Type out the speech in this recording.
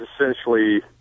essentially